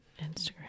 Instagram